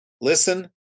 Listen